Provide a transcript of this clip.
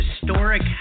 historic